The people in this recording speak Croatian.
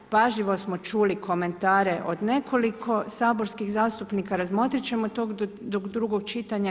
Pažljivo smo čuli komentare od nekoliko saborskih zastupnika, razmotriti ćemo to do drugog čitanja.